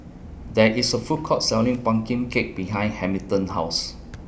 There IS A Food Court Selling Pumpkin Cake behind Hamilton's House